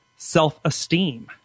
Self-esteem